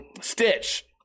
Stitch